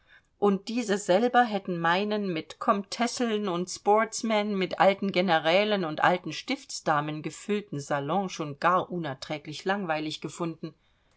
und diese selber hätten meinen mit komtesseln und sportsmen mit alten generälen und alten stiftsdamen gefüllten salon schon gar unerträglich langweilig gefunden